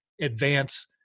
advance